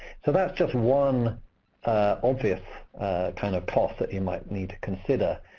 so that's just one obvious kind of cost that you might need to consider,